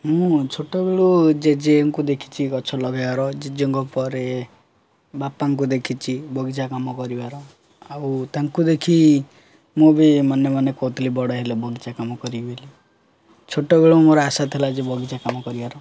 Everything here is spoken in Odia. ମୁଁ ଛୋଟବେଳୁ ଜେଜେଙ୍କୁ ଦେଖିଛି ଗଛ ଲଗେଇବାର ଜେଜେଙ୍କ ପରେ ବାପାଙ୍କୁ ଦେଖିଛି ବଗିଚା କାମ କରିବାର ଆଉ ତାଙ୍କୁ ଦେଖି ମୁଁ ବି ମନେ ମନେ କହୁଥିଲି ବଡ଼ ହେଲେ ବଗିଚା କାମ କରିବି ବୋଲି ଛୋଟବେଳୁ ମୋର ଆଶା ଥିଲା ଯେ ବଗିଚା କାମ କରିବାର